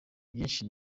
byinshi